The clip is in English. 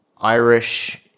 Irish